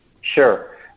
Sure